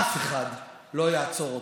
אף אחד לא יעצור אותנו.